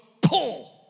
pull